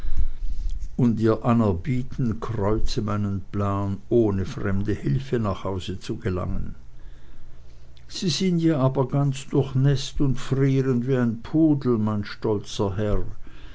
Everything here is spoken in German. und ihr anerbieten kreuze meinen plan ohne fremde hilfe nach hause zu gelangen sie sind aber ja ganz durchnäßt und frieren wie ein pudel mein stolzer herr